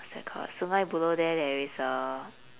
what's that called sungei buloh there there is a